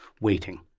waiting